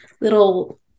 little